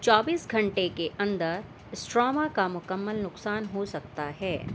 چوبیس گھنٹے کے اندراسٹروما کا مکمل نقصان ہو سکتا ہے